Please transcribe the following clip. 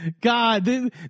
God